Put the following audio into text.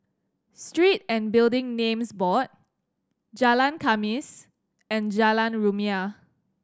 Street and Building Names Board Jalan Khamis and Jalan Rumia